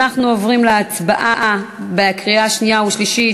אנחנו עוברים להצבעה בקריאה שנייה ושלישית